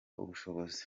ubushobozi